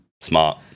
Smart